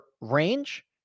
range